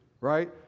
right